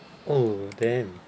oh damn